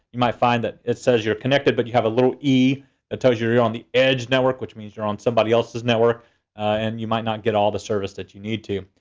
you might find that it says you're connected, but you have a little e that tells you you're on the edge network, which means you're on somebody else's network and you might not get all the service that you need to.